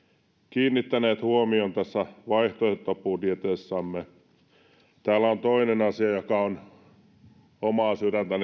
kiinnittäneet huomion tässä vaihtoehtobudjetissamme täällä on toinen asia joka on omaa sydäntäni